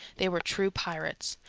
they were true pirates.